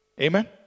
Amen